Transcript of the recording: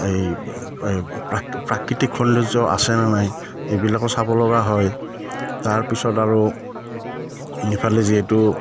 এই এই প্ৰাকৃতিক সৌন্দৰ্য আছেনে নাই এইবিলাকো চাব লগা হয় তাৰপিছত আৰু সেইফালে যিহেতু